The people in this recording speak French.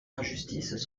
injustices